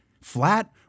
Flat